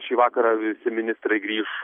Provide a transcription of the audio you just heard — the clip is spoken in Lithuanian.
šį vakarą visi ministrai grįš